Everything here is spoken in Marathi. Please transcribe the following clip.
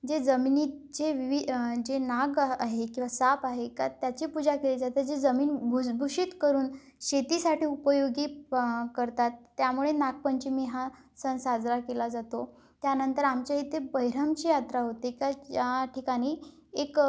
जे जमिनीत जे विवि जे नाग आहे किंवा साप आहे का त्याची पूजा केली जाते जे जमीन भुसभुशीत करून शेतीसाठी उपयोगी प करतात त्यामुळे नागपंचमी हा सण साजरा केला जातो त्यानंतर आमच्या इथे बहिरमची यात्रा होते का ज्या ठिकाणी एक